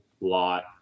lot